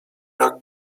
jak